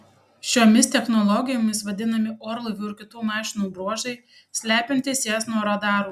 šiomis technologijomis vadinami orlaivių ir kitų mašinų bruožai slepiantys jas nuo radarų